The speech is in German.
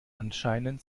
anscheinend